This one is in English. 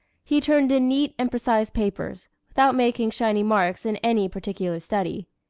he turned in neat and precise papers, without making shining marks in any particular study.